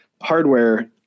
hardware